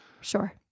Sure